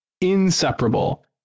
inseparable